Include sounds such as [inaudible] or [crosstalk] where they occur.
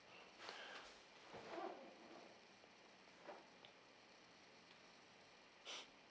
[breath]